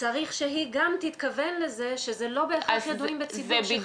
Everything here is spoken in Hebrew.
צריך שהיא גם תתכוון לזה שזה לא בהכרח ידועים בציבור שחיים באותו מקום.